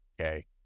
okay